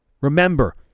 Remember